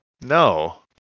No